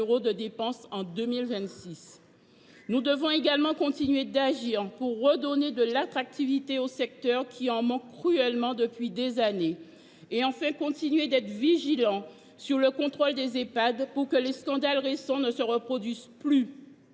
de dépenses en 2026. Nous devons également redonner de l’attractivité au secteur, qui en manque cruellement depuis des années, et, enfin, rester vigilants sur le contrôle des Ehpad pour que les scandales récents ne se reproduisent plus.